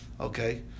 Okay